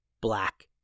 black